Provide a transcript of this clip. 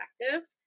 perspective